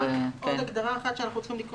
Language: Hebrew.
עוד הגדרה אחת שאנחנו צריכים לקרוא